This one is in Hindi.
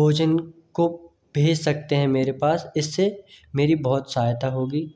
भोजन को भेज सकते हैं मेरे पास इससे मेरी बहुत सहायता होगी